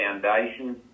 Foundation